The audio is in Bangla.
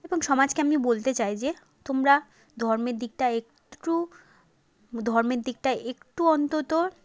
এবং সমাজকে আমি বলতে চাই যে তোমরা ধর্মের দিকটা একটু ধর্মের দিকটা একটু অন্তত